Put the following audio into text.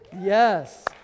Yes